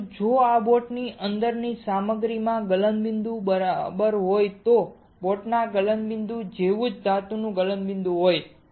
પરંતુ જો આ બોટની અંદરની સામગ્રીમાં ગલનબિંદુ હોય તો બોટના ગલનબિંદુ જેવું જ ધાતુનો ગલનબિંદુ હોય